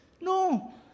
No